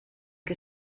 que